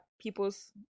people's